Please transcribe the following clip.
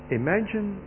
imagine